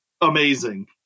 amazing